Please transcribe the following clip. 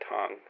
tongue